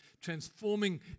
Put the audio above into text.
transforming